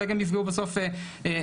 אולי גם יפגעו בסוף בנפש.